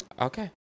Okay